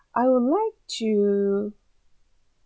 I would like to